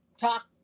talk